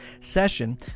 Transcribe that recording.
session